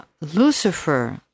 Lucifer